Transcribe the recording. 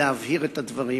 להבהיר את הדברים.